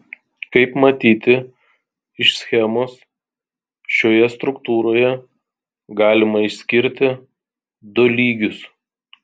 kaip matyti iš schemos šioje struktūroje galima išskirti du lygius